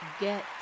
get